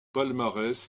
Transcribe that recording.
palmarès